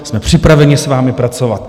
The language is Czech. Jsme připraveni s vámi pracovat.